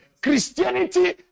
Christianity